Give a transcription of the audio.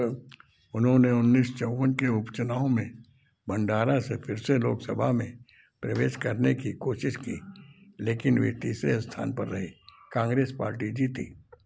उन्होंने उन्नीस चौवन के उपचुनाव में भंडारा से फिर से लोकसभा में प्रवेश करने की कोशिश की लेकिन वे तीसरे स्थान पर रहे कांग्रेस पार्टी जीती